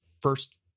First